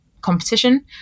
competition